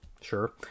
sure